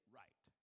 right